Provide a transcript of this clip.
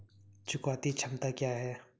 चुकौती क्षमता क्या है?